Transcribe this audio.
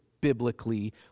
biblically